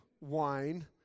wine